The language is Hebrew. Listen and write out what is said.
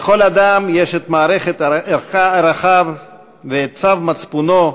לכל אדם יש מערכת ערכיו וצו מצפונו,